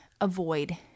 avoid